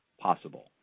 possible